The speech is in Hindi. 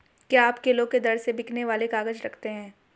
क्या आप किलो के दर से बिकने वाले काग़ज़ रखते हैं?